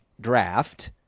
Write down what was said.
draft